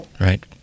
Right